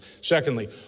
Secondly